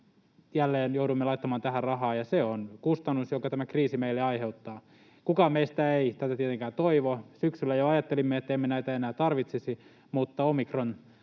joudumme laittamaan tähän rahaa, ja se on kustannus, jonka tämä kriisi meille aiheuttaa. Kukaan meistä ei tätä tietenkään toivo. Syksyllä jo ajattelimme, että emme näitä enää tarvitsisi, mutta omikron